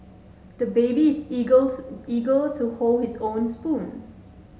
the baby is eager to eager to hold his own spoon